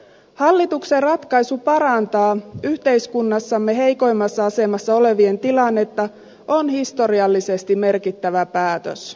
hallituksen ratkaisu parantaa yhteiskunnassamme heikoimmassa asemassa olevien tilannetta on historiallisesti merkittävä päätös